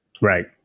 Right